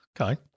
Okay